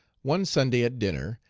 one sunday, at dinner,